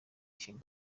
ishema